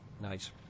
Nice